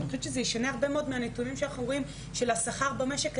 אני חושבת שזה ישנה הרבה מאוד מהנתונים שאנחנו רואים של השכר במשק,